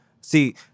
See